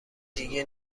دیگه